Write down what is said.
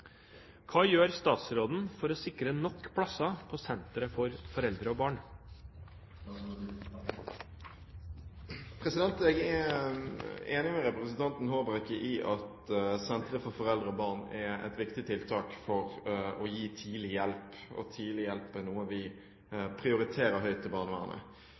Hva gjør statsråden for å sikre nok plasser på sentre for foreldre og barn?» Jeg er enig med representanten Håbrekke i at sentre for foreldre og barn er et viktig tiltak for å gi tidlig hjelp, og tidlig hjelp er noe vi prioriterer høyt i barnevernet.